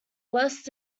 less